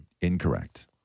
Incorrect